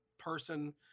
person